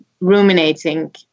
ruminating